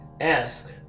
ask